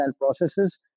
processes